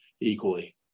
equally